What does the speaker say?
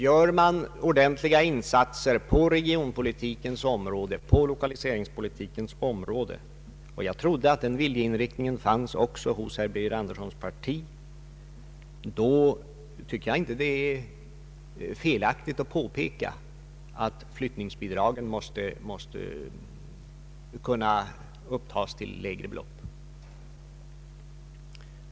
Gör man ordentliga insatser på regionoch lokaliseringspolitikens områden — jag trodde att den viljeinriktningen fanns även hos herr Birger Anderssons parti — då anser jag det inte felaktigt att påpeka att flyttningsbidragen måste kunna upptas till lägre belopp.